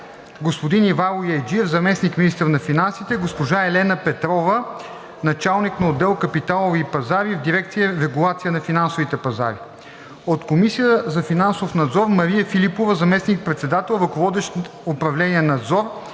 господин Ивайло Яйджиев – заместник-министър на финансите, госпожа Елена Петрова – началник на отдел „Капиталови пазари“ в дирекция „Регулация на финансовите пазари“; от Комисията за финансов надзор: Мария Филипова – заместник-председател, ръководещ управление „Надзор